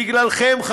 בגללכם,